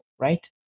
right